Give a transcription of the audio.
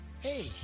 hey